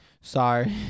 Sorry